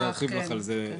אני ארחיב לך על זה.